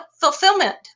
fulfillment